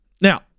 Now